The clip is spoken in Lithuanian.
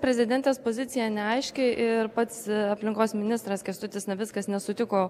prezidentės pozicija neaiški ir pats aplinkos ministras kęstutis navickas nesutiko